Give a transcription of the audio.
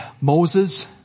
Moses